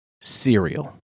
cereal